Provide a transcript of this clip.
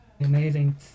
amazing